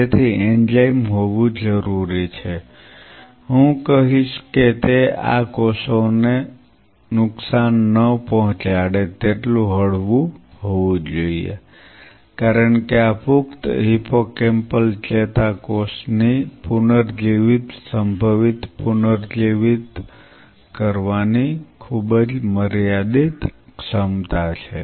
તેથી એન્ઝાઇમ હોવું જરૂરી છે હું કહીશ કે તે આ કોષોને નુકસાન ન પહોંચાડે તેટલું હળવું હોવું જોઈએ કારણ કે આ પુખ્ત હિપ્પોકેમ્પલ ચેતાકોષની પુનર્જીવિત સંભવિત પુનર્જીવિત કરવાની ખૂબ જ મર્યાદિત ક્ષમતા છે